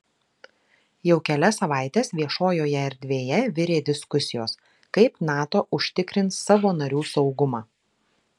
jau kelias savaites viešojoje erdvėje virė diskusijos kaip nato užtikrins savo narių saugumą